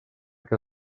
que